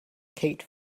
kate